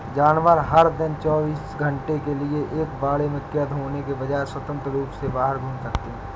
जानवर, हर दिन चौबीस घंटे के लिए एक बाड़े में कैद होने के बजाय, स्वतंत्र रूप से बाहर घूम सकते हैं